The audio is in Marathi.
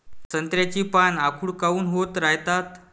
संत्र्याची पान आखूड काऊन होत रायतात?